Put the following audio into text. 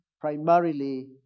primarily